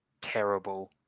terrible